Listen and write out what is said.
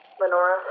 Lenora